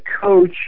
coach